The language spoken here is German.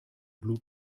blut